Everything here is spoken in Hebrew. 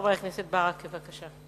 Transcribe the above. חבר הכנסת מוחמד ברכה, בבקשה.